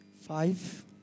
five